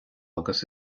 agus